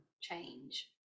change